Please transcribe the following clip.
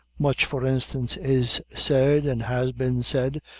much for instance is said, and has been said,